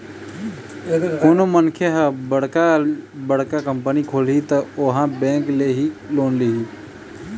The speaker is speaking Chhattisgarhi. कोनो मनखे ह बड़का बड़का कंपनी खोलही त ओहा बेंक ले ही लोन लिही